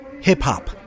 hip-hop